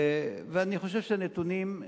ואני חושב שהנתונים,